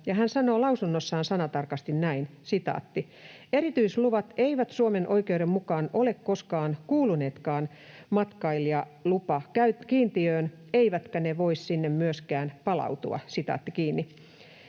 hän sanoo lausunnossaan sanatarkasti näin: ”Erityisluvat eivät Suomen oikeuden mukaan ole koskaan kuuluneetkaan matkailijalupakiintiöön, eivätkä ne voi sinne myöskään palautua.” No, mikä voisi